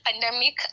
pandemic